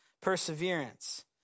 perseverance